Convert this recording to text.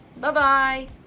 Bye-bye